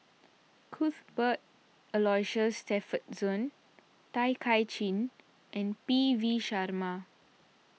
Cuthbert Aloysius Shepherdson Tay Kay Chin and P V Sharma